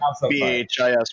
BHIS